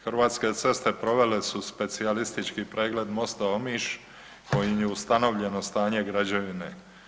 Hrvatske ceste provele su specijalistički pregled mosta Omiš, kojim je ustanovljeno stanje građevine.